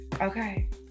okay